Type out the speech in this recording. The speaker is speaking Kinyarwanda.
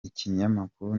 ikinyamakuru